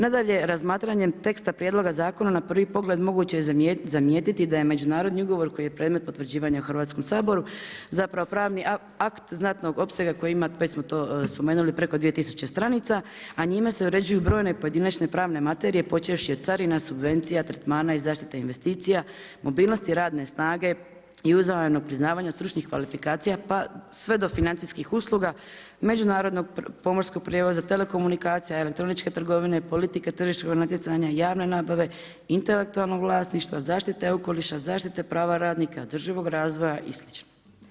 Nadalje razmatranjem teksta prijedloga zakona na prvi pogled, moguće je zamijetiti da je međunarodni ugovor koji je predmet potvrđivanju Hrvatskom saboru, zapravo pravni akt, znatnog opsega, koji ima, već smo to spomenuli preko 2000 stranica, a njime se uređuju brojne pojedinačne pravne materije, počevši od carina, subvencija, tretman i zaštite investicija, mobilnosti radne snage i uzajamno priznavanja stručnih kvalifikacija, pa sve do financijskih usluga, međunarodnog pomorskog prijevoza, telekomunikacija, elektroničke trgovine, politike tržišnog natjecanja, javne nabave, intelektualnog vlasništva, zaštite okoliša, zaštite prava radnika održivog razvoja i slično.